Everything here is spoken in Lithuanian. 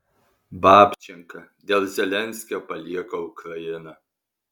babčenka dėl zelenskio palieka ukrainą